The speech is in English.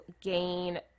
gain